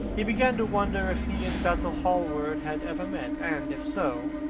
he began to wonder if he and basil hallward had ever met, and, if so,